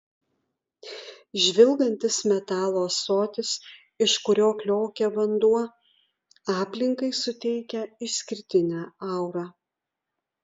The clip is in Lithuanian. žvilgantis metalo ąsotis iš kurio kliokia vanduo aplinkai suteikia išskirtinę aurą